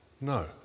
no